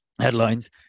headlines